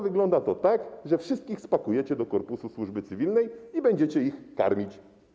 Wygląda to tak, że wszystkich spakujecie do korpusu służby cywilnej i będziecie ich karmić.